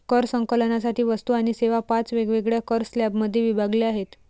कर संकलनासाठी वस्तू आणि सेवा पाच वेगवेगळ्या कर स्लॅबमध्ये विभागल्या आहेत